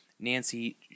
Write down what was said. Nancy